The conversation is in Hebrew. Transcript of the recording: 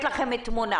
לכם תמונה.